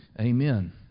Amen